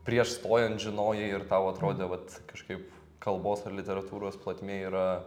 prieš stojant žinojai ir tau atrodė vat kažkaip kalbos ir literatūros plotmėj yra